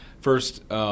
First